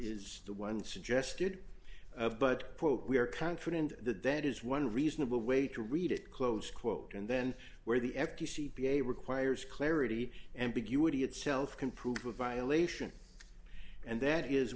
is the one suggested but we are confident that that is one reasonable way to read it close quote and then where the f t c b a requires clarity ambiguity itself can prove a violation and that is